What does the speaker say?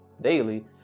Daily